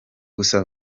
gusa